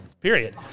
period